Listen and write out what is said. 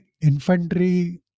infantry